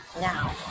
now